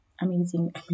amazing